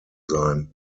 sein